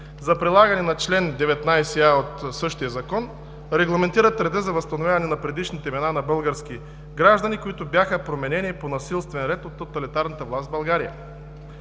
за прилагане на чл. 19а от същия Закон регламентират реда за възстановяване на предишните имена на български граждани, които бяха променени по насилствен ред от тоталитарната власт в България.